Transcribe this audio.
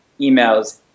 emails